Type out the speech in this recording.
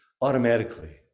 automatically